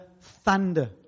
thunder